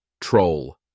Troll